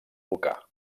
volcà